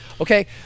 Okay